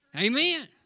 Amen